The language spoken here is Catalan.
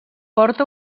porta